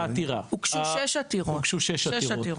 הוגשו שש עתירות.